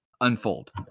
unfold